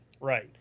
right